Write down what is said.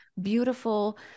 beautiful